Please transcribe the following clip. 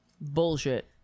Bullshit